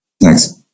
Thanks